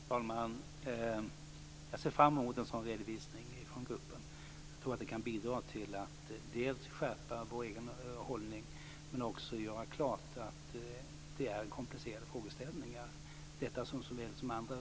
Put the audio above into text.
Fru talman! Jag ser fram emot en sådan redovisning från gruppen. Jag tror att det kan bidra till att skärpa vår egen hållning och också göra klart att det är komplicerade frågeställningar, detta såväl som andra